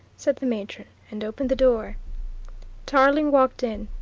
said the matron and opened the door tarling walked in.